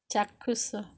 ଚାକ୍ଷୁଷ